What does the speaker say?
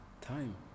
Time